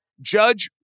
Judge